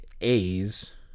A's